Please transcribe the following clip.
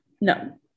No